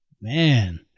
Man